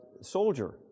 soldier